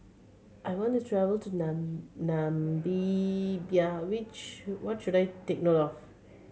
I want to travel to Namibia which what should I take note of